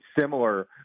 similar